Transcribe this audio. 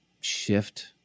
shift